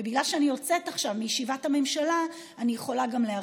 ובגלל שאני יוצאת עכשיו מישיבת הממשלה אני יכולה גם להרחיב.